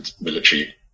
military